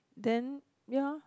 then ya